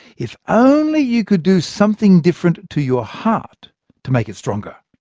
if only you could do something different to your heart to make it stronger.